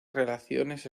relaciones